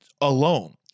alone